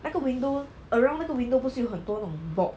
那个 window around 那个 window 不是有很多那种 bolt